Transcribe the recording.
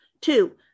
Two